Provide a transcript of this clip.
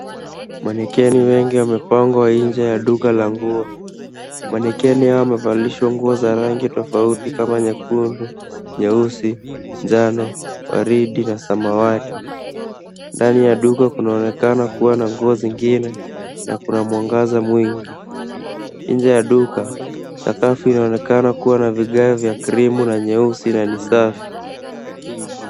Mwenekeni wengi wamepangwa nje ya duka la nguo. Mwenekeni hao wamevalishwa nguo za rangi tofauti kama nyekundu, nyeusi, njano, waridi na samawati. Ndani ya duka kunaonekana kuwa na nguo zingine na kuna mwangaza mwingi. Nje ya duka, sakafu inaonekana kuwa na vigae vya krimu na nyeusi na ni safi.